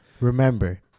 Remember